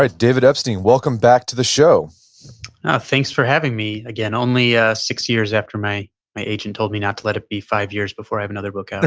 ah david epstein. welcome back to the show thanks for having me again. only ah six years after my my agent told me not to let it be five years before i have another well and